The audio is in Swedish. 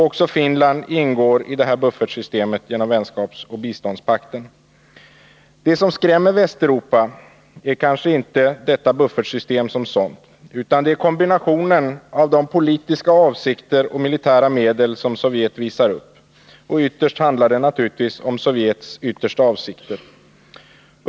Också Finland ingår i det här buffertsystemet genom vänskapsoch biståndspakten. Det som skrämmer Västeuropa är kanske inte detta buffertsystem som sådant, utan det är kombinationen av de politiska avsikter och militära medel som Sovjet visar upp. Ytterst handlar det naturligtvis om Sovjets avsikter.